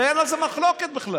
הרי אין על זה מחלוקת בכלל.